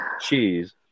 cheese